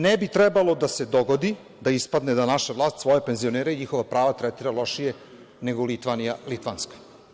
Ne bi trebalo da se dogodi da ispadne da naša vlast svoje penzionere i njihova prava tretira lošije nego Litvanija, litvanska.